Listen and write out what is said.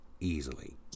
easily